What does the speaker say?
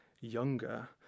younger